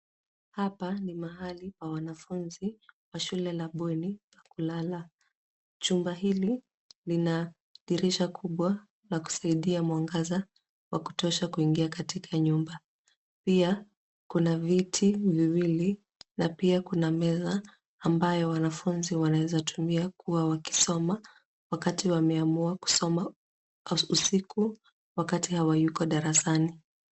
Hapa ni mahali pa wanafunzi wa shule la bweni pa kulala. Chumba hili lina dirisha kubwa la kusaidia mwangaza wa kutosha kuingia katika nyumba. Pia, kuna viti viwili na pia kuna meza ambayo wanafunzi wanawezatumia kuwa wakisoma wakati wameamua kusoma usiku wakati hawayuko darasani.